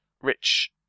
Rich